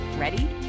Ready